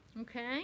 okay